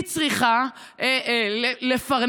היא צריכה לפרנס,